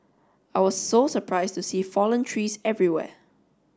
I was so surprised to see fallen trees everywhere